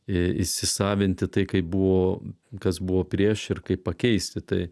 įsisavinti tai kaip buvo kas buvo prieš ir kaip pakeisti tai